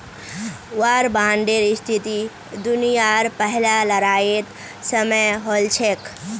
वार बांडेर स्थिति दुनियार पहला लड़ाईर समयेत हल छेक